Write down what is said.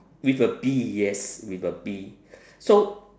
with a bee yes with a bee so